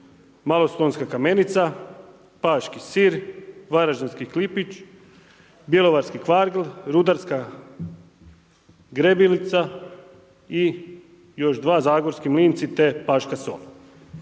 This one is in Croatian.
malostonska kamenica, paški sir, varaždinski klipić, bjelovarski kvargl, rudarska greblica i još dva zagorski mlinci te paška sol.